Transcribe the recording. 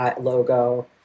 logo